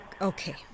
Okay